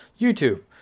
YouTube